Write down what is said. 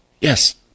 Yes